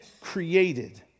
created